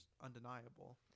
undeniable